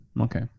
Okay